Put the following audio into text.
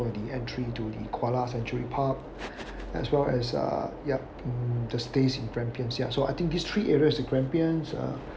for the entry to the koala sanctuary port as well as uh yup mm the stays in grampians ya so I think these three areas in grampians ah